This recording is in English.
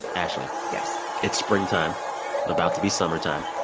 ashley. yes. it's springtime about to be summertime,